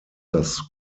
das